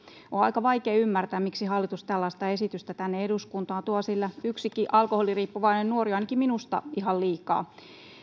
on aika vaikea ymmärtää miksi hallitus tällaista esitystä tänne eduskuntaan tuo sillä yksikin alkoholiriippuvainen nuori on ainakin minusta ihan liikaa